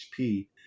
HP